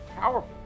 powerful